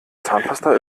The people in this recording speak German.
zahnpasta